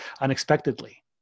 unexpectedly